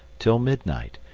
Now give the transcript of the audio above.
till midnight,